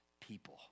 people